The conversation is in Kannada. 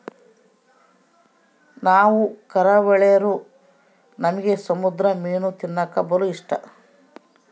ನಾವು ಕರಾವಳಿರೂ ನಮ್ಗೆ ಸಮುದ್ರ ಮೀನು ತಿನ್ನಕ ಬಲು ಇಷ್ಟ